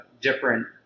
different